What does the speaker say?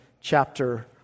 chapter